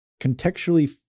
contextually